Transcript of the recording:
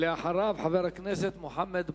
ואחריו, חבר הכנסת מוחמד ברכה.